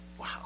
Wow